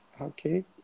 Okay